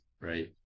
right